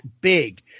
big